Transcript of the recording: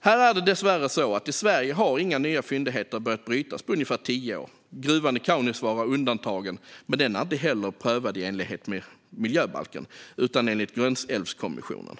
Här är det dessvärre så att i Sverige har inga nya fyndigheter börjat brytas på ungefär tio år. Gruvan i Kaunisvaara är undantaget. Men den är inte heller prövad enligt miljöbalken utan genom prövning av Finsk-svenska gränsälvskommissionen.